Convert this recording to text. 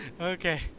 Okay